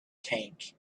tank